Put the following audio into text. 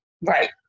Right